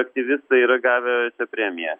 aktyvistai yra gavę premiją